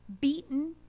beaten